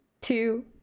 two